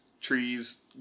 trees